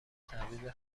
تعویض